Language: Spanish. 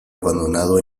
abandonado